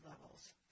levels